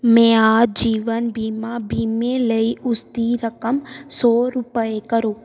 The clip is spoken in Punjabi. ਮਿਆਂ ਜੀਵਨ ਬੀਮਾ ਬੀਮੇ ਲਈ ਉਸ ਦੀ ਰਕਮ ਸੌ ਰੁਪਏ ਕਰੋ